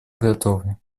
готовы